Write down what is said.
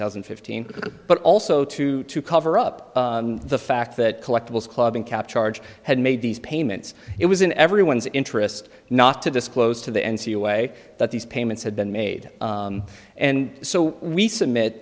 thousand and fifteen but also to to cover up the fact that collectibles club in cap charge had made these payments it was in everyone's interest not to disclose to the n c u a that these payments had been made and so we submit